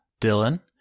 Dylan